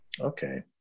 Okay